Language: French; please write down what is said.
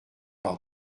par